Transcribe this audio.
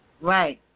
Right